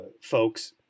folks